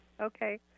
Okay